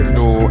no